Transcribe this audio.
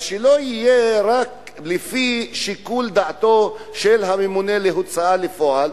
אז שזה לא יהיה רק לפי שיקול דעתו של הממונה על ההוצאה לפועל,